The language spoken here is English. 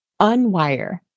unwire